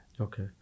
Okay